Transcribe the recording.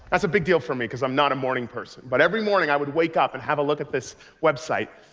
that's a big deal for me, because i'm not a morning person. but every morning, i would wake up and have a look at this website.